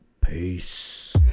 Peace